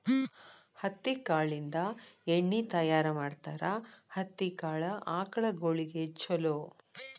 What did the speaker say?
ಹತ್ತಿ ಕಾಳಿಂದ ಎಣ್ಣಿ ತಯಾರ ಮಾಡ್ತಾರ ಹತ್ತಿ ಕಾಳ ಆಕಳಗೊಳಿಗೆ ಚುಲೊ